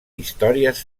històries